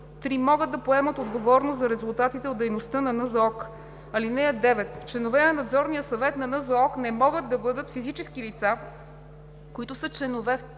3. могат да поемат отговорност за резултатите от дейността на НЗОК. (9) Членове на Надзорния съвет на НЗОК не могат да бъдат физически лица, които са членове, в